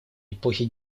эпохи